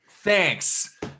Thanks